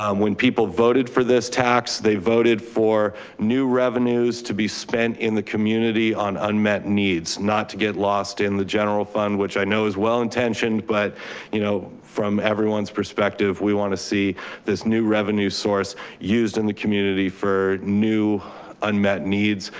um when people voted for this tax, they voted for new revenues to be spent in the community on unmet needs not to get lost in the general fund, which i know is well intentioned, but you know from everyone's perspective, we wanna see this new revenue source used in the community for new unmet needs.